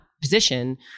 Position